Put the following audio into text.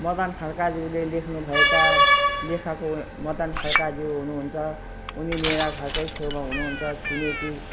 मदन खडकाज्यूले लेख्नु भएका लेखक मदन खडकाज्यू हुनु हुन्छ उनी मेरा घरकै छेउमा हुनु हुन्छ छिमेकी